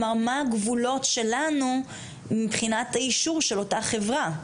מה הגבולות שלנו מבחינת האישור של אותה חברה?